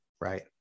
right